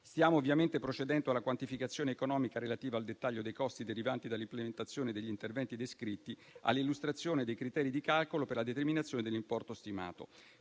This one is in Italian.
Stiamo ovviamente procedendo alla quantificazione economica relativa al dettaglio dei costi derivanti dall'implementazione degli interventi descritti, all'illustrazione dei criteri di calcolo per la determinazione dell'importo stimato.